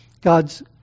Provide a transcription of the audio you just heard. God's